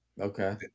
Okay